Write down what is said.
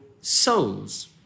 souls